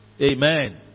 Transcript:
amen